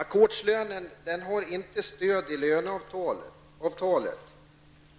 Ackordslönen har inte stöd i löneavtalet.